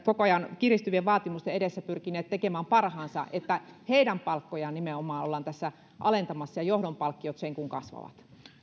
koko ajan kiristyvien vaatimusten edessä pyrkineet tekemään parhaansa että heidän palkkojaan nimenomaan ollaan tässä alentamassa ja johdon palkkiot sen kuin kasvavat